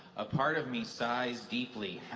a part of me sighs deeply,